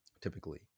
typically